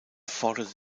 forderte